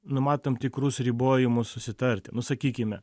numatant tikrus ribojimus susitarti nu sakykime